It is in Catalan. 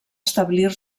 establir